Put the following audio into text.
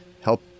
help